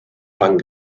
lang